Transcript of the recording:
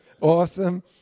Awesome